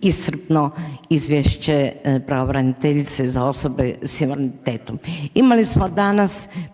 iscrpno izvješće pravobraniteljice za osobe s invaliditetom.